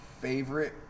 favorite